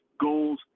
goals